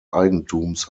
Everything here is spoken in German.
eigentums